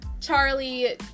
Charlie